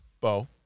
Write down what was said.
Bo